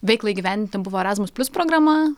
veiklai įgyvendinti buvo erazmus plius programa